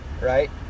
Right